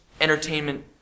entertainment